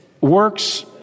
Works